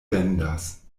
vendas